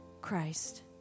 Christ